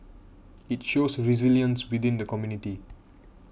it shows resilience within the community